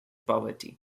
poverty